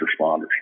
responders